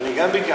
אני גם ביקשתי.